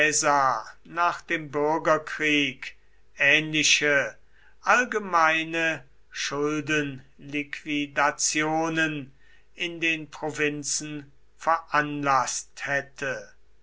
nach dem bürgerkrieg ähnliche allgemeine schuldenliquidationen in den provinzen veranlaßt hätte